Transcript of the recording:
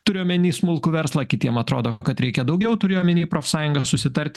turiu omeny smulkų verslą kitiem atrodo kad reikia daugiau turiu omeny profsąjungas susitarti